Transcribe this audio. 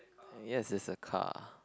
yes there's a car